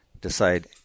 decide